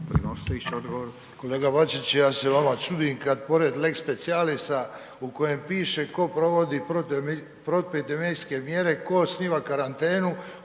Kolega Bačić ja se vama čudim kada pored lex specialisa u kojem piše tko provodi … epidemijske mjere, tko osniva karantenu,